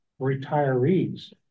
retirees